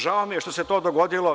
Žao mi je što se to dogodilo.